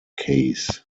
case